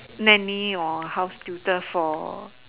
nanny or house tutor for